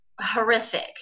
horrific